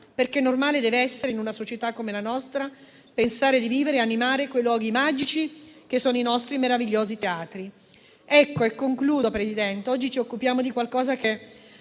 perché deve essere normale, in una società come la nostra, pensare di vivere e animare quei luoghi magici che sono i nostri meravigliosi teatri. In conclusione, Presidente, oggi ci occupiamo di una